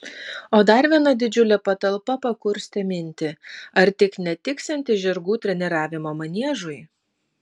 o dar viena didžiulė patalpa pakurstė mintį ar tik netiksianti žirgų treniravimo maniežui